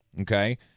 Okay